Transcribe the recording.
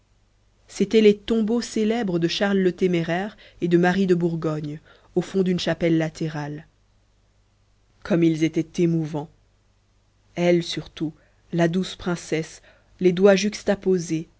c'étaient les tombeaux célèbres de charles le téméraire et de marie de bourgogne au fond d'une chapelle latérale comme ils étaient émouvants elle surtout la douce princesse les doigts juxtaposés